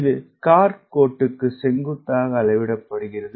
இது கார்ட் கோட்டுக்கு செங்குத்தாக அளவிடப்படுகிறது